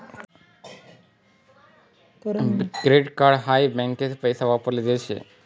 credit card हाई बँकाकडीन पैसा वापराले देल शे